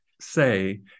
say